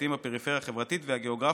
חברתיים בפריפריה החברתית והגיאוגרפית,